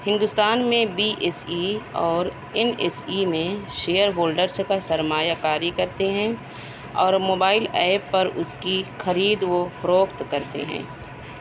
ہندوستان میں B S E اور N S E نے شیئر ہولڈرس کا سرمایہ کاری کرتے ہیں اور موبائل ایپ پر اس کی خرید و فروخت کرتے ہیں